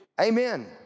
Amen